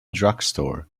drugstore